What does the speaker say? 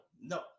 no